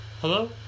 Hello